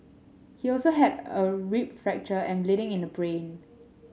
he also had a rib fracture and bleeding in the brain